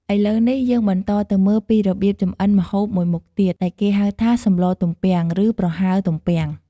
ឥឡូវនេះ យើងបន្តទៅមើលពីរបៀបចម្អិនម្ហូបមួយមុខទៀត ដែលគេហៅថាសម្លទំពាំង ឬ ប្រហើរទំពាំង។